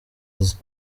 azi